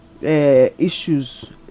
issues